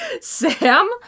Sam